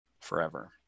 forever